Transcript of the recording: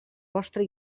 vostre